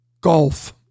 golf